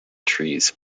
trees